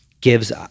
gives